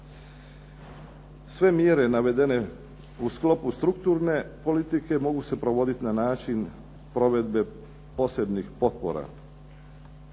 Sve mjere navedene u sklopu strukturne politike mogu se provoditi na način provedbe posebnih potpora.